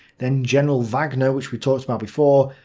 then general wagner, which we talked about before,